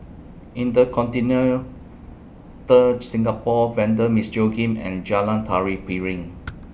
InterContinental Ter Singapore Vanda Miss Joaquim and Jalan Tari Piring